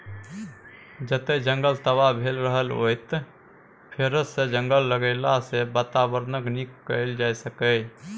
जतय जंगल तबाह भेल रहय ओतय फेरसँ जंगल लगेलाँ सँ बाताबरणकेँ नीक कएल जा सकैए